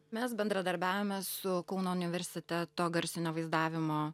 mes bendradarbiaujame su kauno universiteto garsinio vaizdavimo